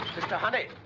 mr. honey.